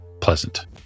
pleasant